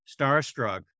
starstruck